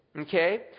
okay